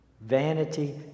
Vanity